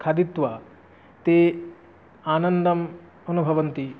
खादित्वा ते आनन्दम् अनुभवन्ति